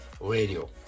radio